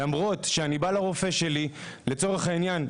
לצורך העניין,